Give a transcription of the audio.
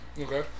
Okay